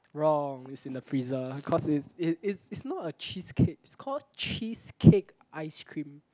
wrong it's in the freezer cause it's it it's not a cheese cake it's called cheese cake ice cream